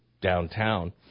downtown